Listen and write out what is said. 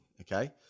Okay